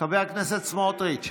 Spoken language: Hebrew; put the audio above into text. חבר הכנסת סמוטריץ',